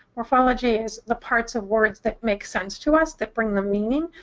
morphology is the parts of words that make sense to us, that bring the meaning.